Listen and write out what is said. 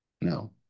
No